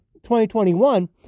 2021